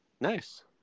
Nice